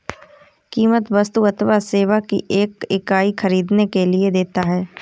कीमत वस्तु अथवा सेवा की एक इकाई ख़रीदने के लिए देता है